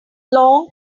long